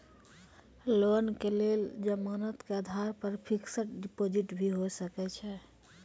Loan के लेल जमानत के आधार पर फिक्स्ड डिपोजिट भी होय सके छै?